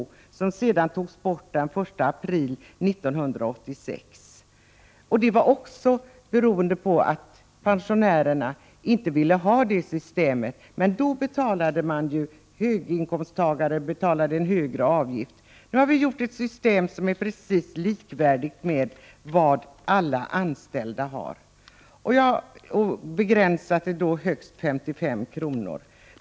Den togs sedan bort den 1 april 1986, beroende på att pensionärerna inte ville ha det systemet, men då betalade ju höginkomsttagare en högre avgift. Nu har vi gjort ett system som är precis likvärdigt med vad alla anställda har, med begränsning till högst 55 kr.